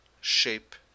shape